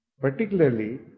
Particularly